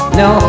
no